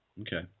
Okay